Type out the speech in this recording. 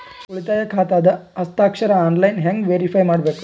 ಉಳಿತಾಯ ಖಾತಾದ ಹಸ್ತಾಕ್ಷರ ಆನ್ಲೈನ್ ಹೆಂಗ್ ವೇರಿಫೈ ಮಾಡಬೇಕು?